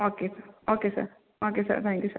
okay sir okay sir okay sir thank you sir